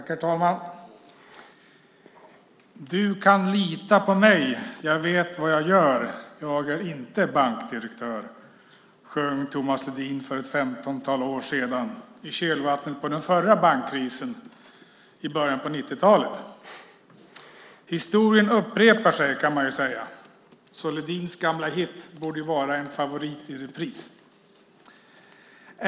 Herr talman! Du kan lita på mig, jag vet vad jag gör, jag är inte bankdirektör. Så sjöng Tomas Ledin för ett femtontal år sedan, i kölvattnet på den förra bankkrisen i början av 90-talet. Historien upprepar sig, kan man säga, så Ledins gamla hit borde vara en favorit i repris.